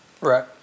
Right